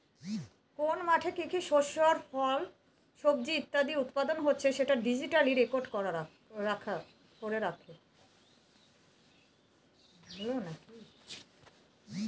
কোন মাঠে কি কি শস্য আর ফল, সবজি ইত্যাদি উৎপাদন হচ্ছে সেটা ডিজিটালি রেকর্ড করে রাখে